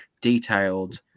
detailed